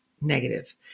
negative